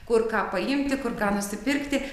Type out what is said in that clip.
kur ką paimti kur ką nusipirkti